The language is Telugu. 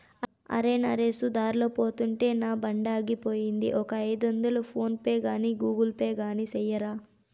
అరే, నరేసు దార్లో పోతుంటే నా బండాగిపోయింది, ఒక ఐదొందలు ఫోన్ పే గాని గూగుల్ పే గాని సెయ్యరా